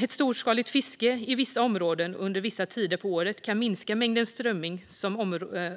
Ett storskaligt fiske i vissa områden och under vissa tider på året kan minska mängden strömming